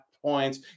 points